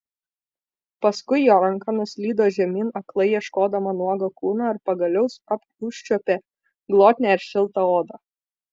paskui jo ranka nuslydo žemyn aklai ieškodama nuogo kūno ir pagaliau užčiuopė glotnią ir šiltą odą